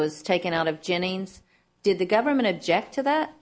was taken out of jennings did the government object to